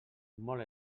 molt